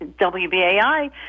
WBAI